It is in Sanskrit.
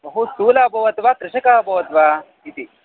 बहु स्थूलः अभवत् वा कृशकः अभवत् वा इति